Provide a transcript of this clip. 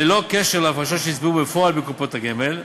ללא קשר להפרשות שנצברו בפועל בקופות הגמל,